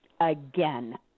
again